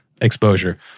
exposure